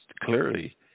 clearly